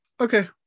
Okay